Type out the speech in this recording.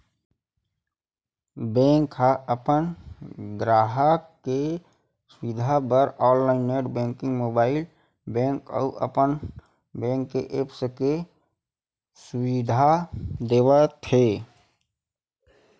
bank ह अपन गराहक के सुबिधा बर online net banking, mobile banking अउ अपन बेंक के ऐप्स के सुबिधा देवत हे